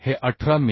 हे 18 मि